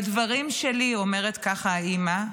בדברים שלי, ככה אומרת האימא,